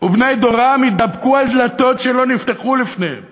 ובני דורם, שהתדפקו על דלתות שלא נפתחו בפניהם